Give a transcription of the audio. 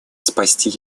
спасти